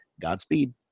Godspeed